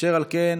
אשר על כן,